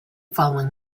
following